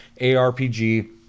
ARPG